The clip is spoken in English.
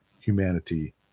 humanity